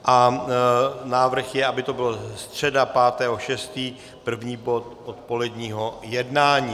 A návrh je, aby to byla středa 5. 6., první bod odpoledního jednání.